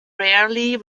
rarely